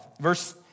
Verse